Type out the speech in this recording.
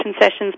sessions